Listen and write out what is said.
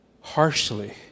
harshly